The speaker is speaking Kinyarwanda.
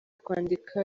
kwandika